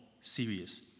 serious